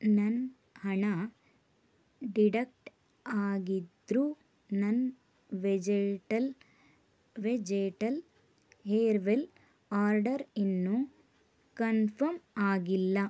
ನನ್ನ ಹಣ ಡಿಡಕ್ಟ್ ಆಗಿದ್ದರೂ ನನ್ನ ವೆಜೆಟಲ್ ವೆಜೆಟಲ್ ಹೇರ್ವೆಲ್ ಆರ್ಡರ್ ಇನ್ನೂ ಕನ್ಫರ್ಮ್ ಆಗಿಲ್ಲ